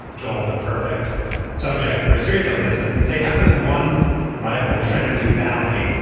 joel, the perfect subject for a series like this. and they have this one rival, trinity valley,